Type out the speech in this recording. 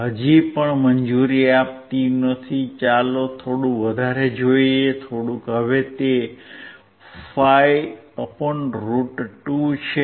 હજી પણ મંજૂરી આપતી નથી ચાલો થોડું જોઈએ થોડુંક હવે તે 5√2 છે